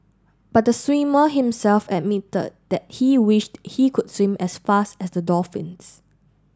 but the swimmer himself admitted that he wished he could swim as fast as the dolphins